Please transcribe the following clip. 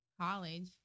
college